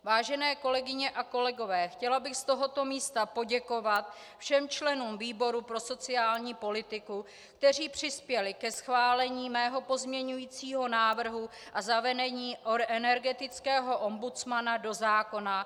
Vážené kolegyně a kolegové, chtěla bych z tohoto místa poděkovat všem členům výboru pro sociální politiku, kteří přispěli ke schválení mého pozměňujícího návrhu o zavedení energetického ombudsmana do zákona.